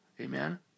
Amen